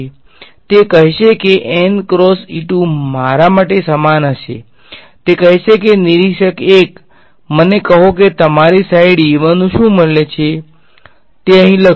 તે કહેશે કે મારા માટે સમાન હશે તે કહેશે કે નિરીક્ષક ૧ મને કહો કે તમારી સાઈડ શું મૂલ્ય છે તે અહીં લખશે